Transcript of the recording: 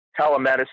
Telemedicine